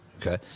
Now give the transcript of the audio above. okay